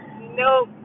nope